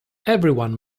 everyone